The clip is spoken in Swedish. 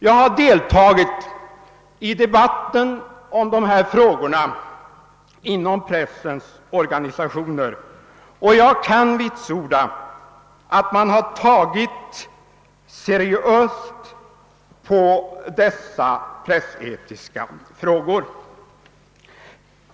Jag har deltagit i debatten om dessa frågor inom pressens organisationer, och jag kan vitsorda att man där tagit seriöst på de pressetiska frågorna.